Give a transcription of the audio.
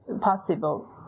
possible